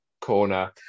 corner